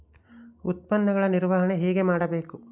ಉತ್ಪನ್ನಗಳ ನಿರ್ವಹಣೆ ಹೇಗೆ ಮಾಡಬೇಕು?